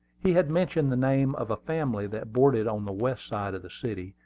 he had mentioned the name of a family that boarded on the west side of the city,